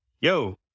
yo